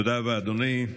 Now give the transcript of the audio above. תודה רבה, אדוני.